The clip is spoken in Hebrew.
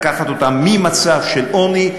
לקחת אותם ממצב של עוני,